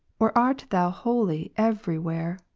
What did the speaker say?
or, art thou wholly every where,